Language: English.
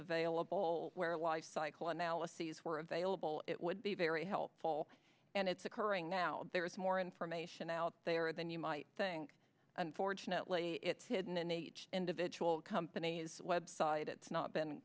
available where life cycle analyses were available it would be very helpful and it's occurring now there is more information out there than you might think fortunately it's hidden in the individual companies web saw it's not been